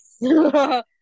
yes